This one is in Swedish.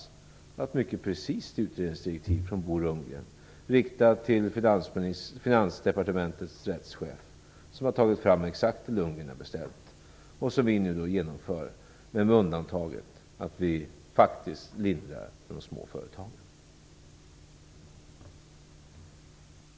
Det var ett mycket precist utredningsdirektiv från Bo Lundgren, riktat till Finansdepartementets rättschef som har tagit fram exakt vad Bo Lundgren har beställt, vilket vi nu genomför men med undantaget att vi faktiskt lindrar för de små företagen.